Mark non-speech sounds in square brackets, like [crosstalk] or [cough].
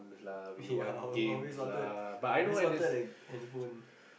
yeah [laughs] always wanted always wanted that handphone